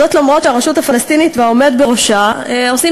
זאת אף שהרשות הפלסטינית והעומד בראשה עושים